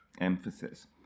emphasis